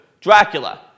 Dracula